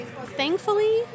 Thankfully